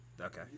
Okay